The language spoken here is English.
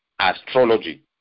astrology